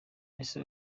ese